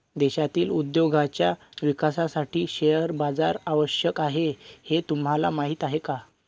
देशातील उद्योगांच्या विकासासाठी शेअर बाजार आवश्यक आहे हे तुम्हाला माहीत आहे का?